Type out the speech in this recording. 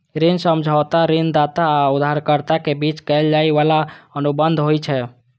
ऋण समझौता ऋणदाता आ उधारकर्ता के बीच कैल जाइ बला अनुबंध होइ छै